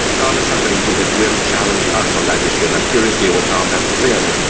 tom is somebody who has really challenged us on that issue and i'm curious to hear what tom has to say on it.